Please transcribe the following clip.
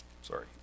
sorry